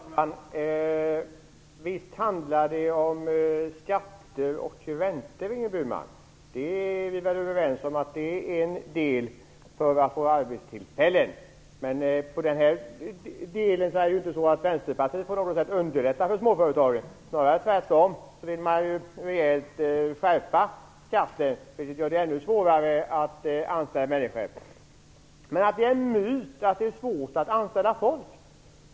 Herr talman! Visst handlar det om skatter och räntor, Ingrid Burman. Vi är överens om att det är en del som behövs för att få fler arbetstillfällen. Men det är ju inte så att Vänsterpartiet underlättar för småföretagen. Det är snarare tvärtom. Ni vill skärpa skatten. Det gör det ännu svårare att anställa människor. Ingrid Burman säger att det är en myt att det är svårt att anställa folk.